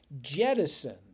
jettison